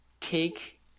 take